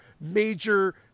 major